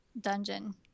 dungeon